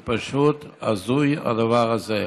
זה פשוט הזוי, הדבר הזה.